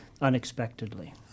unexpectedly